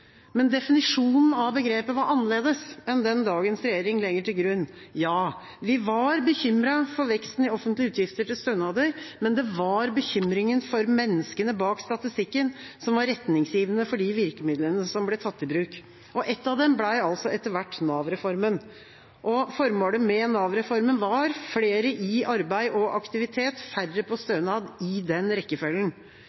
men definisjonen av begrepet var annerledes enn det dagens regjering legger til grunn. Ja, vi var bekymret for veksten i offentlige utgifter til stønader, men det var bekymringa for menneskene bak statistikken som var retningsgivende for de virkemidlene som ble tatt i bruk. Ett av dem ble altså etter hvert Nav-reformen. Formålet med Nav-reformen var flere i arbeid og aktivitet, færre på